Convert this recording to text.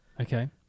Okay